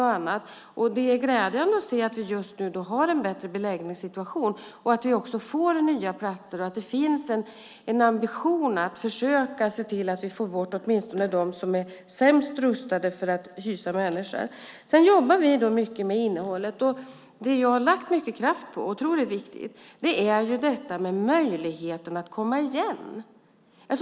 Det är glädjande att se att det just nu är en bättre beläggningssituation, att vi får nya platser och att det finns en ambition att försöka se till att vi får bort åtminstone de platser som är sämst rustade för att hysa människor. Vi jobbar mycket med innehållet. Det jag har lagt mycket kraft på, och tror är viktigt, är möjligheten att komma igen.